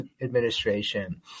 administration